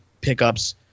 pickups